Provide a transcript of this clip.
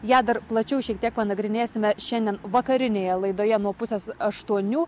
ją plačiau šiek tiek panagrinėsime šiandien vakarinėje laidoje nuo pusės aštuonių